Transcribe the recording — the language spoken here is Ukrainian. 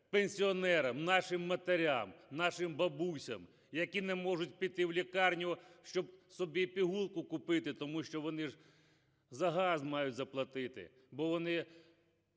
пенсіонерам, нашим матерям, нашим бабусям, які не можуть піти в лікарню, щоб собі пігулку купити, тому що вони ж за газ мають заплатити, бо вони